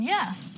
Yes